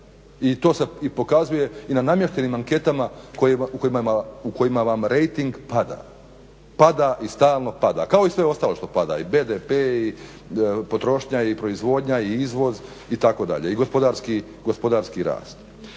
i to se i pokazuje i na namještenim anketama u kojima vam rejting pada, pada i stalno pada kao i sve ostalo što pada i BDP, potrošnja i proizvodnja i izvoz itd., i gospodarski rast.